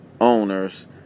owners